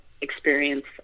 experience